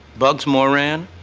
bugs moran,